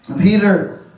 Peter